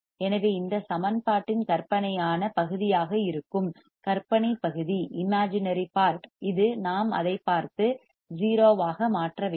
எனவே இந்த சமன்பாட்டின் கற்பனையான பகுதியாக இருக்கும் கற்பனை பகுதி இது நாம் அதைப் பார்த்து 0 ஆக மாற்ற வேண்டும்